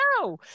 no